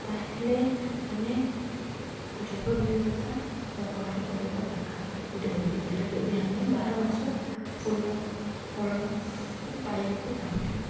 ତାହେଲେ ଆମେ ଜୈବ ବିବିଧତା ବ୍ୟବହାର କରିବା ଦରକାର ଗୋଟେ ବଗିଚାରେ ଯଦି ଆମେ ବାର ମାସ ଫୁଲ ଫଳ ପାଇବାକୁ ଚାହୁଁଚୁ